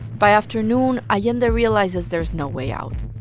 by afternoon, allende realizes there's no way out.